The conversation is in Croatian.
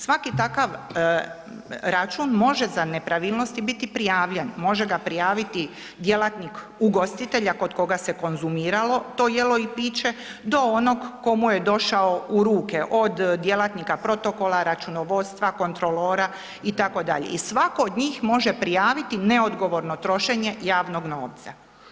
Svaki takav račun može za nepravilnosti biti prijavljen, može ga prijaviti djelatnik ugostitelja kod koga se konzumiralo to jelo i piće do onog tko mu je došao u ruke, od djelatnike protokola, računovodstva, kontrolora itd., i svako od njih može prijaviti neodgovorno trošenje javnog novca.